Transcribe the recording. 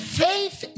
faith